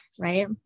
Right